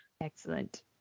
Excellent